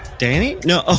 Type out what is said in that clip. danny? no. oh.